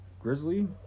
Grizzly